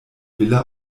villa